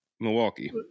Milwaukee